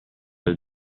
del